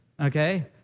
okay